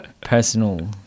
Personal